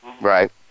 right